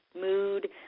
mood